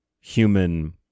human